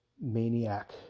maniac